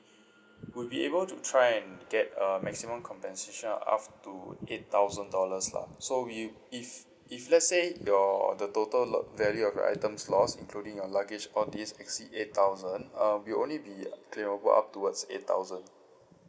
we'll be able to try and get a maximum compensation of up to eight thousand dollars lah so we if if let's say your the total l~ value of items lost including your luggage all these exceed eight thousand um will only be claimable up towards eight thousand